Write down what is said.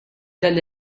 dan